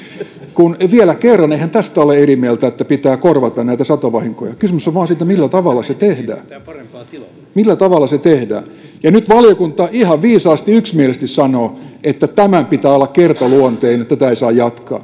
vielä kerran eihän tästä olla eri mieltä että pitää korvata näitä satovahinkoja kysymys on vain siitä millä tavalla se tehdään millä tavalla se tehdään ja nyt valiokunta ihan viisaasti yksimielisesti sanoo että tämän pitää olla kertaluonteinen ja tätä ei saa jatkaa